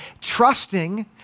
trusting